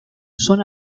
son